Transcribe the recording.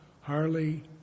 Harley